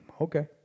Okay